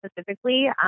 specifically